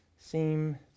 seem